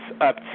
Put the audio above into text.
up